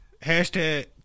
hashtag